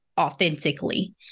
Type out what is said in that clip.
authentically